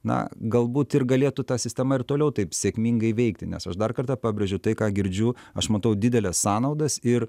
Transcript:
na galbūt ir galėtų ta sistema ir toliau taip sėkmingai veikti nes aš dar kartą pabrėžiu tai ką girdžiu aš matau dideles sąnaudas ir